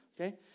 okay